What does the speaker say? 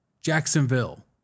Jacksonville